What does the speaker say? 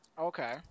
Okay